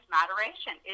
moderation